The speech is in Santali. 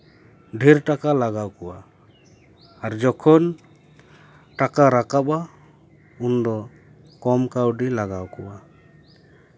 ᱰᱷᱮᱨ ᱴᱟᱠᱟ ᱞᱟᱜᱟᱣ ᱠᱚᱣᱟ ᱟᱨ ᱡᱚᱠᱷᱚᱱ ᱴᱟᱠᱟ ᱨᱟᱠᱟᱵᱼᱟ ᱩᱱ ᱫᱚ ᱠᱚᱢ ᱠᱟᱹᱣᱰᱤ ᱞᱟᱜᱟᱣ ᱠᱚᱣᱟ